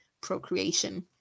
procreation